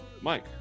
Mike